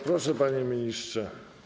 Proszę, panie ministrze.